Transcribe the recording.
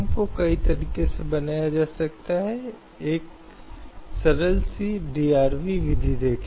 star hotel का रखरखाव नहीं किया जा सकता है जिससे महिलाओं को संगठनों या संस्थानों की एक श्रेणी में मना कर दिया जाता है